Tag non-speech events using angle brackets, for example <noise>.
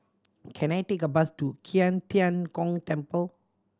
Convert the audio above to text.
can I take a bus to <unintelligible> Tian Gong Temple